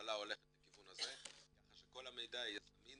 שהממשלה הולכת לכיוון הזה כך שכל המידע יהיה זמין